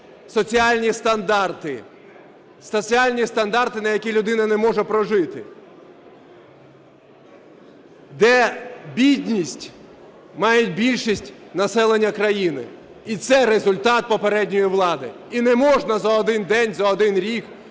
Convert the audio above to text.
соціальні стандарти, на які людина не може прожити, де бідність має більшість населення країни. І це результат попередньої влади. І не можна за один день, за один рік